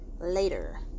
later